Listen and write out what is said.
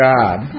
God